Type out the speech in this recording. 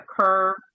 curve